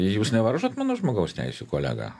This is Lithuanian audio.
jūs nevaržot mano žmogaus teisių kolega